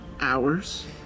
hours